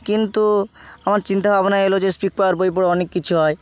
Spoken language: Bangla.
কিন্তু আমার চিন্তাভাবনা এলো যে স্পিক পাওয়ার বই পড়ে অনেক কিছু হয়